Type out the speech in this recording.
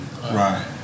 right